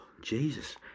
Jesus